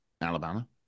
Alabama